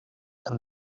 and